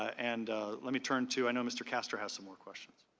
and let me turn to, i know mr. castor has some more questions.